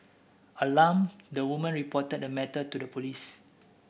alarmed the woman reported the matter to the police